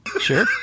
Sure